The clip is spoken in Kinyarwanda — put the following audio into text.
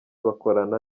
bakorana